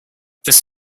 this